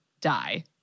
die